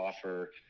offer